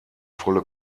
volle